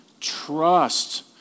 trust